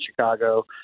Chicago